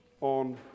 on